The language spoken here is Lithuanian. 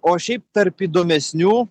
o šiaip tarp įdomesnių